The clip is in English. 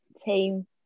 team